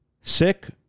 sick